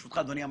ערך.